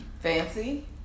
Fancy